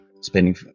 spending